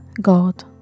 God